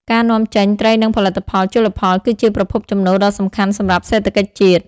ការនាំចេញ ត្រីនិងផលិតផលជលផលគឺជាប្រភពចំណូលដ៏សំខាន់សម្រាប់សេដ្ឋកិច្ចជាតិ។